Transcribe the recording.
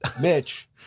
Mitch